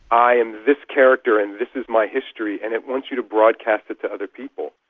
i am this character, and this is my history', and it wants you to broadcast it to other people.